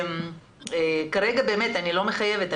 כרגע אני לא מחייבת.